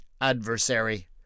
adversary